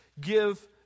give